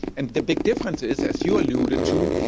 and the big difference is, as you alluded to,